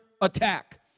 attack